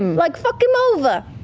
like, fuck him over!